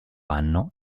anno